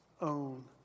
own